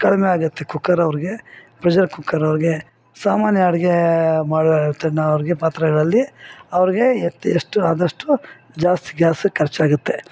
ಕಡಿಮೆಯಾಗತ್ತೆ cooker ಅವ್ರಿಗೆ pressure cooker ಅವ್ರಿಗೆ ಸಾಮಾನ್ಯ ಅಡಿಗೆ ಮಾಡು ತಿನ್ನೋರಿಗೆ ಪಾತ್ರೆಗಳಲ್ಲಿ ಅವ್ರಿಗೆ ಎತ್ತ ಎಷ್ಟು ಆದಷ್ಟು ಜಾಸ್ತಿ ಜಾಸ್ತಿ ಖರ್ಚಾಗುತ್ತೆ